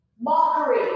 mockery